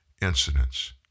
incidents